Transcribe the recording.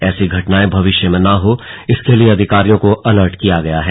ऐसी घटनाएं भविष्य में न हो इसके लिए अधिकारियों को अलर्ट किया गया है